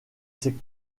ses